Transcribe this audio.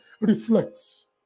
reflects